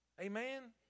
Amen